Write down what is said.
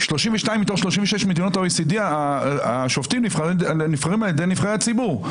ב-32 מתוך 36 מדינות ה-OECD השופטים נבחרים על ידי נבחרי הציבור.